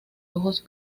ojos